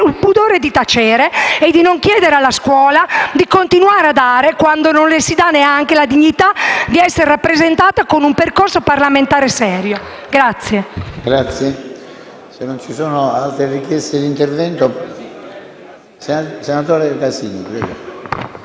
l'educazione, di tacere e di non chiedere alla scuola di continuare a dare, quando non le si dà neanche la dignità di essere rappresentata con un percorso parlamentare serio.